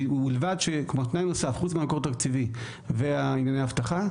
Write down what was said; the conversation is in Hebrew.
תנאי נוסף חוץ ממקור תקציבי וענייני אבטחה: